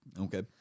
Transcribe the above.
Okay